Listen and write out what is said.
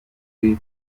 makuru